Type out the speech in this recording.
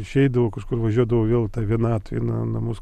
išeidavau kažkur važiuodavau vėl ta vienatvė na į namus